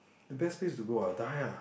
the best place to go what die ah